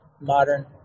Modern